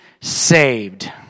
saved